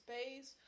space